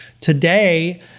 Today